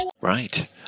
Right